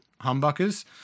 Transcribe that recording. humbuckers